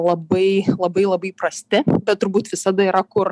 labai labai labai prasti bet turbūt visada yra kur